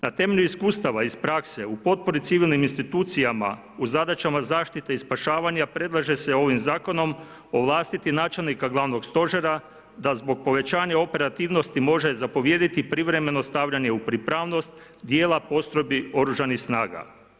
Na temelju iskustava iz prakse u potpori civilnim institucijama u zadaćama zaštite i spašavanja predlaže se ovim zakonom ovlastiti načelnika Glavnog stožera da zbog povećanja operativnosti može zapovijedati privremeno stavljanje u pripravnost dijela postrojbi Oružanih snaga.